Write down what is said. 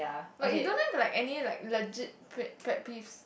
like you don't have like any like legit pet~ pet peeves